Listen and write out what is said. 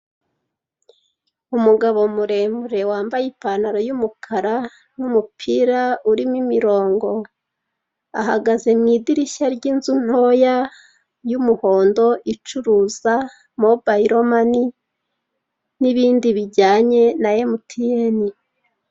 Umugabo muremure wambaye ipantaro y'umukara n'umupira urimo imirongo ahagaze mu idirishya ry'inzu ntoya y'umuhondo icuruza mobayiromani n'ibindi bijyanye na emutiyeni.